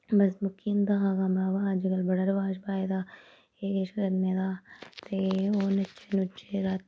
बस मुक्की जंदा हा कम्म अमां अज्जकल बड़ा रवाज़ पाए दा एह् किश करने दा ते हून नच्चे नूच्चे रातीं